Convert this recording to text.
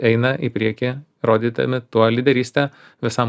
eina į priekį rodydami tuo lyderystę visam